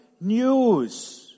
news